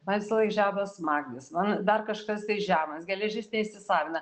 man visąlaik žemas magnis man dar kažkas tai žemas geležis neįsisavina